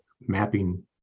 mapping